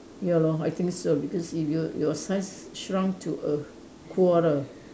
ya lor I think so because if you your size shrunk to a quarter